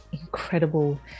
incredible